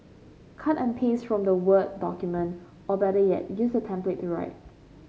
cut and paste from the word document or better yet use a template to write